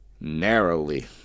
Narrowly